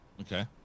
okay